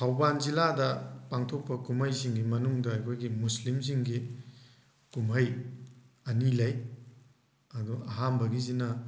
ꯊꯧꯕꯥꯟ ꯖꯤꯜꯂꯥꯗ ꯄꯥꯡꯊꯣꯛꯄ ꯀꯨꯝꯍꯩꯁꯤꯡꯒꯤ ꯃꯅꯨꯡꯗ ꯑꯩꯈꯣꯏꯒꯤ ꯃꯨꯁꯂꯤꯝꯁꯤꯡꯒꯤ ꯀꯨꯝꯍꯩ ꯑꯅꯤ ꯂꯩ ꯑꯗꯣ ꯑꯍꯥꯟꯕꯒꯤꯁꯤꯅ